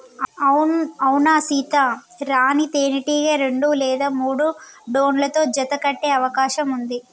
అవునా సీత, రాణీ తేనెటీగ రెండు లేదా మూడు డ్రోన్లతో జత కట్టె అవకాశం ఉంది